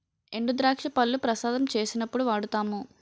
ఎండుద్రాక్ష పళ్లు ప్రసాదం చేసినప్పుడు వాడుతాము